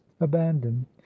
abandoned